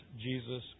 Jesus